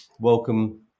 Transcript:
welcome